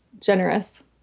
generous